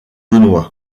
benoît